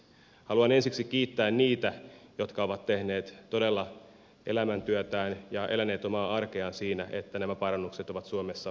haluan ensiksi kiittää niitä jotka ovat tehneet todella elämäntyötään ja eläneet omaa arkeaan siinä että nämä parannukset ovat suomessa edenneet